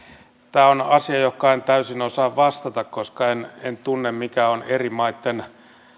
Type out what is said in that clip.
tämä on asia johonka en täysin osaa vastata koska en en tunne mikä on eri maitten